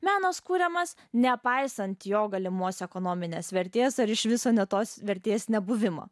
menas kuriamas nepaisant jo galimos ekonominės vertės ar iš viso ne tos vertės nebuvimo